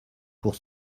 pour